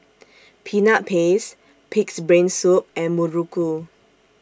Peanut Paste Pig'S Brain Soup and Muruku